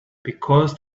because